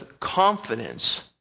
confidence